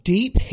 Deep